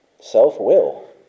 self-will